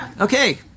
Okay